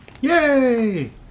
yay